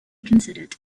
considered